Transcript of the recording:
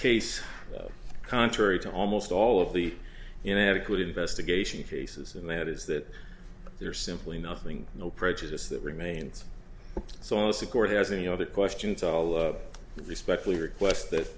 case contrary to almost all of the inadequate investigation cases and that is that there is simply nothing no prejudice that remains so as the court has any other question to all of that respectfully request that